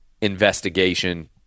investigation